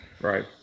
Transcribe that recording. Right